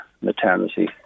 maternity